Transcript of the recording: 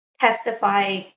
testify